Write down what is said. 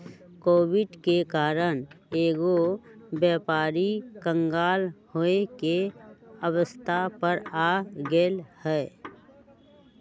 Covid के कारण कएगो व्यापारी क़ँगाल होये के अवस्था पर आ गेल हइ